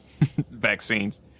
vaccines